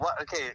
Okay